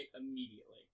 immediately